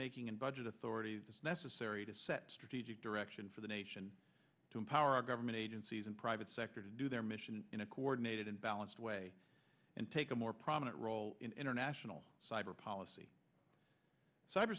making and budget authority necessary to set strategic direction for the nation to empower our government agencies and private sector to do their mission in a coordinated and balanced way and take a more prominent role in international cyber policy